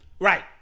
Right